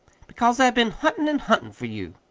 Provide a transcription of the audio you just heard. because i've been huntin' and huntin' for you.